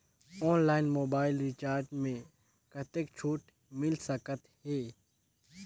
Online mobile recharge मे कतेक छूट मिल सकत हे?